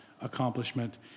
accomplishment